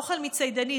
אוכל מצידנית,